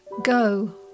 Go